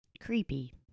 Creepy